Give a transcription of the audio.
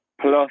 Plus